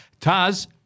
Taz